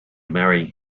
marrying